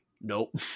nope